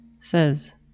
says